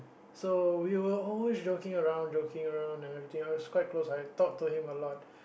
so we were always joking around joking around and everything I was quite close I talk to him a lot